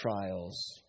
trials